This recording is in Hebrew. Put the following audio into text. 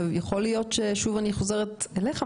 יכול להיות שאני שוב חוזרת אליך,